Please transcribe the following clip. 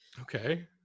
Okay